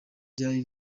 ryari